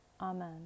Amen